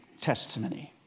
testimony